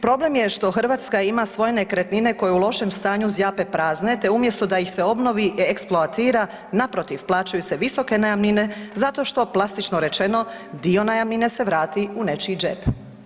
Problem je što Hrvatska ima svoje nekretnine koje u lošem stanju zjape prazne te umjesto da ih se obnovi i eksploatira naprotiv plaćaju se visoke najamnine zato što plastično rečeno dio najamnine se vrati u nečiji džep.